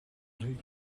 rih